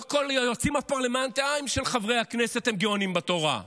לא כל היועצים הפרלמנטריים של חברי הכנסת הם גאונים בתורה.